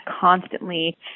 constantly